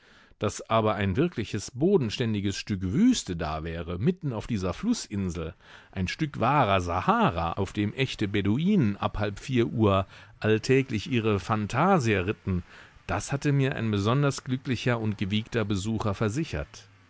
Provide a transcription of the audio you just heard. daß aber ein wirkliches bodenständiges stück wüste da wäre mitten auf dieser flußinsel ein stück wahrer sahara auf dem echte beduinen ab halb vier uhr alltäglich ihre fantasia ritten das hatte mir ein besonders glücklicher und gewiegter besucher versichert